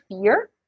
fear